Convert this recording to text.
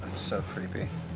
so creepy.